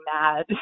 mad